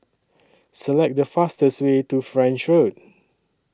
Select The fastest Way to French Road